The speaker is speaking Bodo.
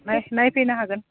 नाय नायफैनो हागोन